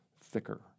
thicker